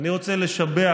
ואני רוצה לשבח